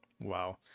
Wow